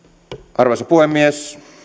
arvoisa puhemies